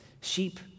Sheep